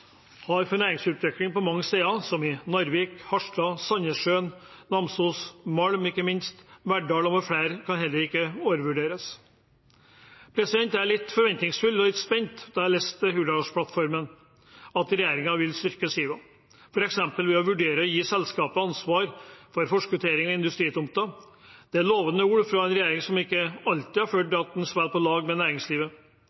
har hatt for næringsutvikling mange steder, som i Narvik, Harstad, Sandnessjøen, Namsos, Malm, ikke minst, og Verdal kan heller ikke overvurderes. Jeg ble litt forventningsfull og spent etter å ha lest Hurdalsplattformen og at regjeringen ville styrke Siva f.eks. ved å vurdere å gi selskapet ansvar for forskuttering av industritomter. Det er lovende ord fra en regjering som ikke alltid har